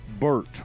Bert